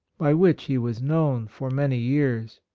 by which he was known for many years.